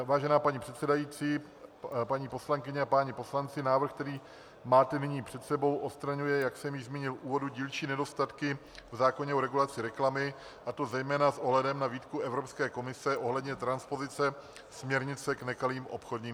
Vážená paní předsedající, paní poslankyně a páni poslanci, návrh, který máte nyní před sebou, odstraňuje, jak jsem již zmínil v úvodu, dílčí nedostatky v zákoně o regulaci reklamy, a to zejména s ohledem na výtku Evropské komise ohledně transpozice směrnice k nekalým obchodním praktikám.